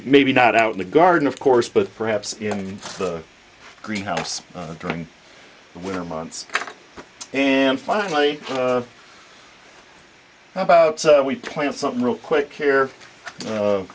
maybe not out in the garden of course but perhaps in the greenhouse during the winter months and finally how about we plant something real quick here